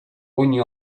ogni